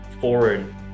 forward